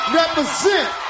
represent